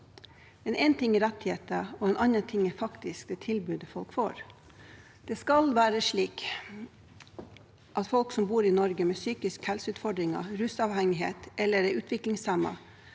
én ting er rettigheter, og en annen ting er det tilbudet folk faktisk får. Det skal ikke være slik at folk som bor i Norge med psykiske helseutfordringer, rusavhengighet eller utviklingshemming